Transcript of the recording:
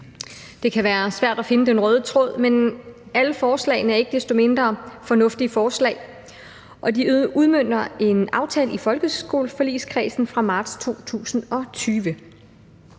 Det kan være svært, at finde den røde tråd, men alle forslagene er ikke desto mindre fornuftige forslag, og de udmønter en aftale i folkeskoleforligskredsen fra marts 2020.